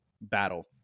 battle